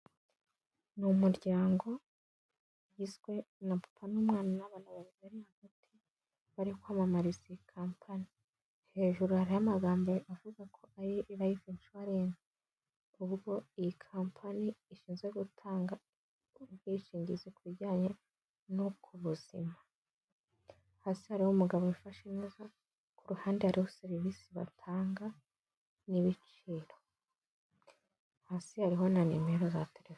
Ni umuryango ugizwe na papa n'umumama n'abana babiri hagati, bari kwamamariza iyi kampani. Hejuru hariho amagambo avuga ko ari liyifu inshuwarensi. kubwo iyi kampani ishinwe gutanga ubwishingizi ku bijyanye n'ubuzima. Hasi hariho umugabo wifashe neza, ku ruhande hari serivisi batanga n'ibiciro, hasi hariho na nimero za telefone.